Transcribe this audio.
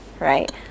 Right